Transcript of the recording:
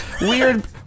weird